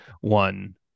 one